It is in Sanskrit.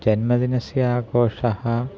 जन्मदिनस्य आघोषः